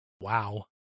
Wow